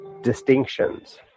distinctions